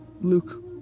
Luke